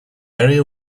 area